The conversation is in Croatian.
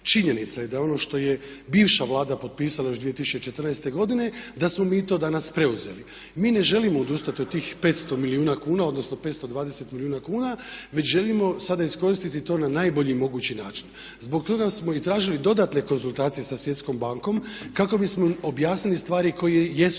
Činjenica je da ono što je bivša Vlada potpisala još 2014. godine da smo mi to danas preuzeli. Mi ne želimo odustati od tih 500 milijuna kuna, odnosno 520 milijuna kuna već želimo sada iskoristiti to na najbolji mogući način. Zbog toga smo i tražili dodatne konzultacije sa Svjetskom bankom kako bismo objasnili stvari koje jesu